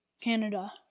Canada